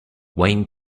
wayne